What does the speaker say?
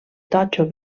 totxo